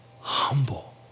humble